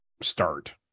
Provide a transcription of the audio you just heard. start